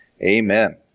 amen